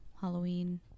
halloween